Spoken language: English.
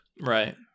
Right